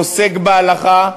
עוסק בהלכה,